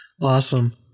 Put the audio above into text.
Awesome